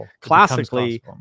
classically